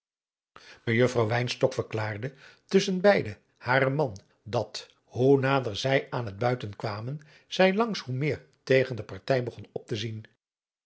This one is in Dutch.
wynstok verklaarde tusschen beide haren man dat hoe nader zij aan het buiten kwamen zij langs hoe meer tegen de partij begon op te zien